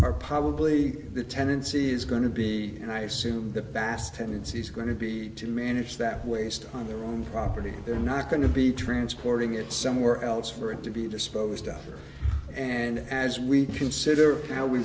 are probably the tendency is going to be and i assume the bass tendencies are going to be to manage that waste on their own property and they're not going to be transporting it somewhere else for it to be disposed of and as we consider now we